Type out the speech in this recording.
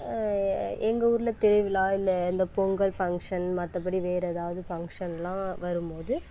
எங்கள் ஊரில் திருவிழா இல்லை இந்த பொங்கல் ஃபங்ஷன் மற்றபடி வேறு எதாவது ஃபங்ஷனெலாம் வரும் போது